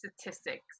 statistics